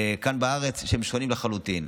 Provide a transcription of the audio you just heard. כאן בארץ הם שונים לחלוטין.